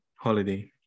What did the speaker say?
holiday